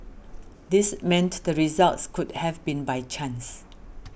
this meant the results could have been by chance